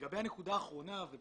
אנחנו